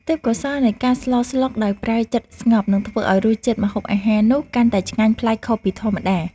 ទេពកោសល្យនៃការស្លស្លុកដោយប្រើចិត្តស្ងប់នឹងធ្វើឱ្យរសជាតិម្ហូបអាហារនោះកាន់តែឆ្ងាញ់ប្លែកខុសពីធម្មតា។